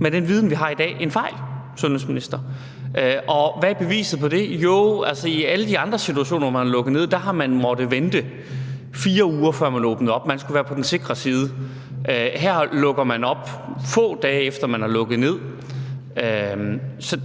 med den viden, vi har i dag – en fejl, sundhedsminister. Hvad er beviset på det? Jo, altså, i alle de andre situationer, hvor man har lukket ned, har man måttet vente 4 uger, før man åbnede op – man skulle være på den sikre side. Her lukker man op, få dage efter at man har lukket ned.